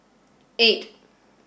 eight